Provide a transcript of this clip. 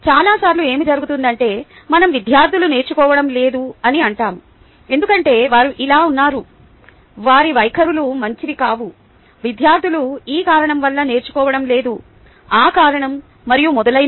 చాలా సార్లు ఏమి జరుగుతుందంటే మనం విద్యార్థులు నేర్చుకోవడం లేదు అని అంటాము ఎందుకంటే వారు ఇలా ఉన్నారు వారి వైఖరులు మంచివి కావు విద్యార్థులు ఈ కారణం వల్ల నేర్చుకోవడం లేదు ఆ కారణం మరియు మొదలైనవి